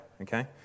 okay